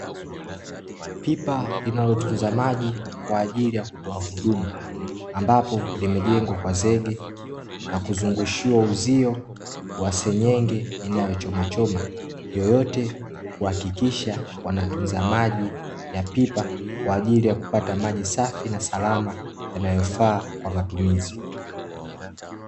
Pipa linalotunza maji kwaajili ya kutoa huduma, ambapo limejengwa kwa zege na kuzungushiwa uzio wa senyenge inayo chomachoma, hiyo yote kuhakikisha wanatunza maji ya pipa kwaajili ya kupata maji safi na salama yanayofaa kwa matumizi.